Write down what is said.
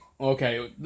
Okay